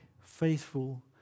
faithful